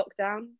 lockdown